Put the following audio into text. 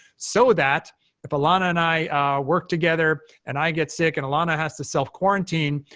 so that if elana and i work together, and i get sick, and elana has to self quarantine,